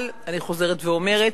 אבל אני חוזרת ואומרת,